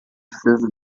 fleuve